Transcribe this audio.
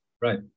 right